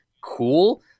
cool